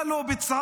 מה לא ביצעה?